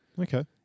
Okay